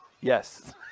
Yes